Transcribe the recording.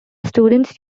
students